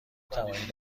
توانید